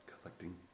Collecting